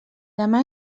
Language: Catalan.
demà